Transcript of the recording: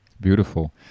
beautiful